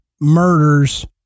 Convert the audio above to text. murders